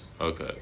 Okay